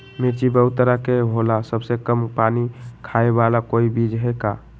मिर्ची बहुत तरह के होला सबसे कम पानी खाए वाला कोई बीज है का?